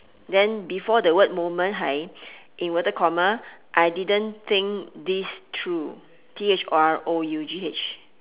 then before the word moment hai inverted comma I didn't think this through T H R O U G H